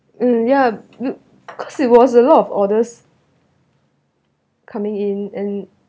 mm ya cause it was a lot of orders coming in and